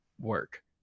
work